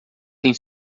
tem